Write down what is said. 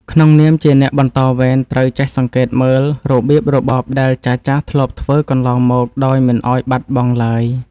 ក្នុងនាមជាអ្នកបន្តវេនត្រូវចេះសង្កេតមើលរបៀបរបបដែលចាស់ៗធ្លាប់ធ្វើកន្លងមកដោយមិនឱ្យបាត់បងឡើយ។